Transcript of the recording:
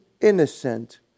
innocent